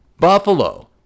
Buffalo